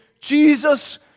Jesus